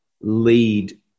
lead